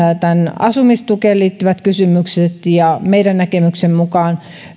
ovat asumistukeen liittyvät kysymykset ja meidän näkemyksemme mukaan